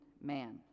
man